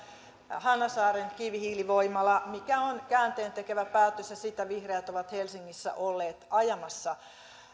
hanasaaren kivihiilivoimala mikä on käänteentekevä päätös ja sitä vihreät ovat helsingissä olleet ajamassa